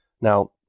Now